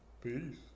peace